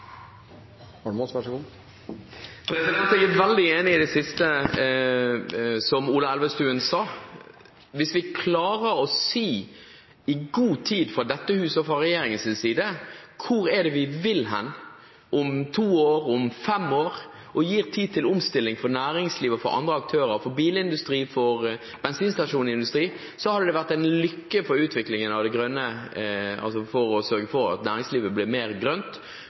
Ola Elvestuen sa. Hvis vi i god tid klarer å si fra dette huset og fra regjeringens side hvor vi vil hen om to år, om fem år, og gir tid til omstilling for næringslivet og for andre aktører – for bilindustri, for bensinstasjonsindustri – hadde det vært en lykke med tanke på å sørge for at næringslivet blir mer grønt. Problemet nå, etter min oppfatning, er at vi har en altfor kortsiktig politikk. Det er altså stortingsflertallet som er nødt til å ta ledelsen, istedenfor at